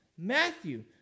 Matthew